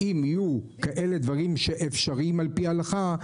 אם יהיו כאלה דברים אפשריים על פי ההלכה,